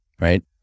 right